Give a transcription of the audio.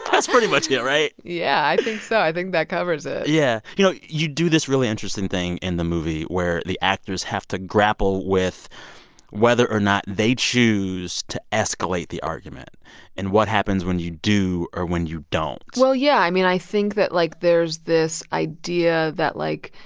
that's pretty much it, right? yeah, i think so. i think that covers it yeah. you know, you do this really interesting thing in the movie where the actors have to grapple with whether or not they choose to escalate the argument and what happens when you do or when you don't well, yeah. i mean, i think that, like, there's this idea that, like,